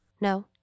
No